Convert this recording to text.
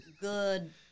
good